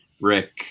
Rick